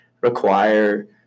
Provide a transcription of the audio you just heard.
require